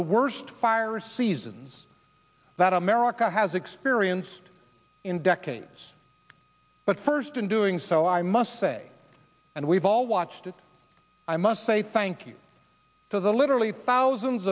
the worst fire seasons that america has experienced in decades but first in doing so i must say and we've all watched it i must say thank you for the literally thousands